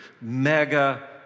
mega